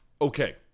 Okay